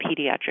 pediatric